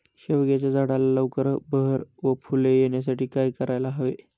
शेवग्याच्या झाडाला लवकर बहर व फूले येण्यासाठी काय करायला हवे?